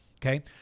Okay